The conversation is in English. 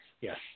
yes